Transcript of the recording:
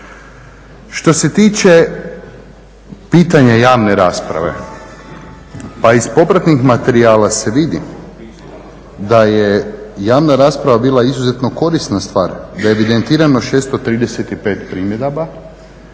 Što se tiče pitanja javne rasprave, pa iz popratnih materijala se vidi da je javna rasprava bila izuzetno korisna stvar, da je evidentirano 635 primjedaba